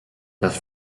les